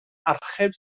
archeb